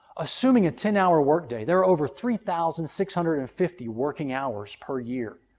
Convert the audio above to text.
assuming a ten hour work day, there are over three thousand six hundred and fifty working hours per year,